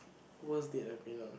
worst date I've been on